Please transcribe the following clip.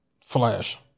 Flash